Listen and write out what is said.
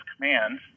command